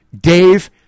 Dave